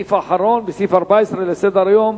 בסעיף 14 לסדר-היום.